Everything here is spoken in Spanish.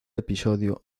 episodio